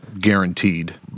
guaranteed